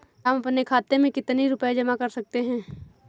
हम अपने खाते में कितनी रूपए जमा कर सकते हैं?